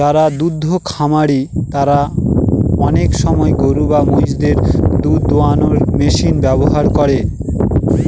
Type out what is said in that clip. যারা দুদ্ধ খামারি তারা আনেক সময় গরু এবং মহিষদের দুধ দোহানোর মেশিন ব্যবহার করে